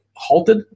Halted